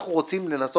אנחנו רוצים,